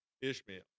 Ishmael